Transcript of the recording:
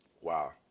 Wow